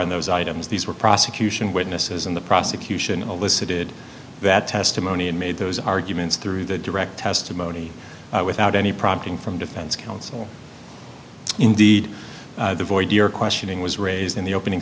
on those items these were prosecution witnesses and the prosecution elicited that testimony and made those arguments through the direct testimony without any prompting from defense counsel indeed the void your questioning was raised in the opening